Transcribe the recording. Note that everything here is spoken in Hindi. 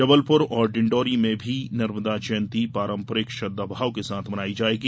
जबलपुर और डिंडोरी में भी नर्मदा जयंती पारंपरिक श्रद्वाभाव के साथ मनाई जायेगी